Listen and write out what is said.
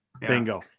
bingo